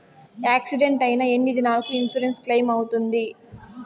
Accident అయిన ఎన్ని దినాలకు ఇన్సూరెన్సు క్లెయిమ్ అవుతుంది?